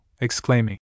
exclaiming